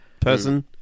person